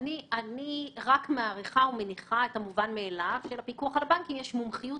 אני מעריכה ומניחה שלפיקוח הבנקים יש מומחיות